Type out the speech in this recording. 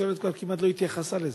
התקשורת כבר כמעט לא התייחסה לזה.